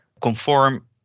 conform